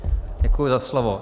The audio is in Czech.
Děkuji za slovo.